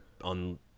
on